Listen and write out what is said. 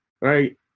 right